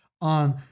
on